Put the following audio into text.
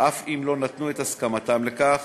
אף אם לא נתנו את הסכמתם לכך.